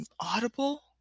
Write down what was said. audible